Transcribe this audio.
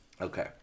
Okay